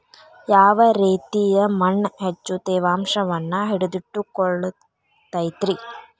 ಯಾವ ರೇತಿಯ ಮಣ್ಣ ಹೆಚ್ಚು ತೇವಾಂಶವನ್ನ ಹಿಡಿದಿಟ್ಟುಕೊಳ್ಳತೈತ್ರಿ?